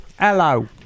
Hello